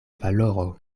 valoro